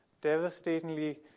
devastatingly